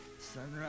Sunrise